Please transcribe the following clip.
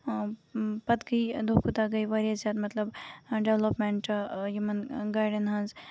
پَتہٕ گٔے دۄہ کھۄتہٕ دۄہ گٔے واریاہ زیادٕ مطلب ڈیولپمینٹ یِمن گاڑین ہنز